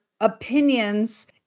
opinions